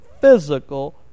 physical